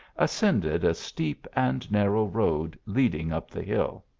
ascended a steep and narrow road leading up the hill.